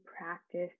practice